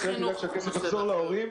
מדינת ישראל תדאג שהכסף יחזור להורים,